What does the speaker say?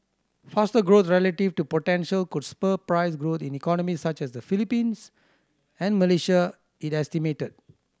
faster growth relative to potential could spur price growth in economies such as the Philippines and Malaysia it estimated